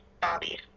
Bobby